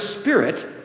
Spirit